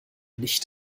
nicht